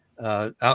Out